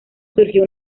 surgió